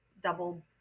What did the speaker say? double